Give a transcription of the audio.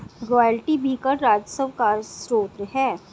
royalty भी कर राजस्व का स्रोत है